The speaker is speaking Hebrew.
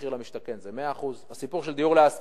מחיר למשתכן זה 100%. הסיפור של דיור להשכרה,